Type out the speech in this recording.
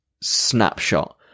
snapshot